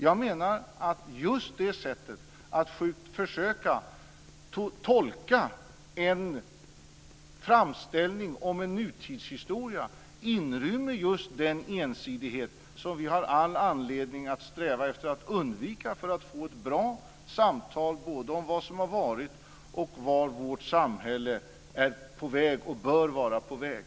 Jag menar att det sättet att försöka tolka en framställning om en nutidshistoria inrymmer just den ensidighet som vi har all anledning att sträva efter att undvika för att få ett bra samtal både om vad som har varit och vart vårt samhälle är, och bör vara, på väg.